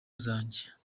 zanjye